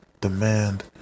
Demand